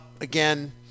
again